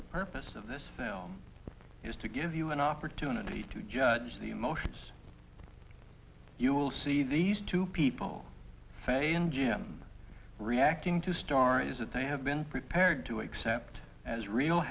the purpose of this film is to give you an opportunity to judge the emotions you will see these two people face and jim reacting to stories that they have been prepared to accept as real